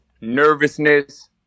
nervousness